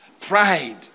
Pride